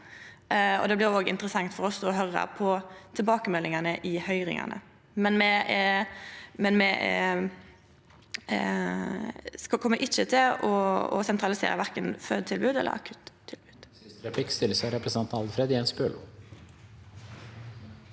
Det blir òg interessant for oss å høyra på tilbakemeldingane i høyringane. Men me kjem ikkje til å sentralisera verken fødetilbod eller akuttilbod.